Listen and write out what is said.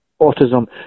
autism